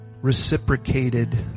reciprocated